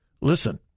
Listen